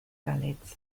galets